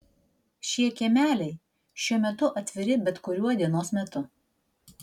šie kiemeliai šiuo metu atviri bet kuriuo dienos metu